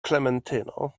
klementyno